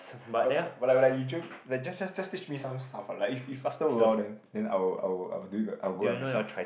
will I like Eugene like just just just teach me some stuff like if if after a while then then I will I will I will do it I will go by myself